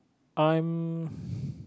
I'm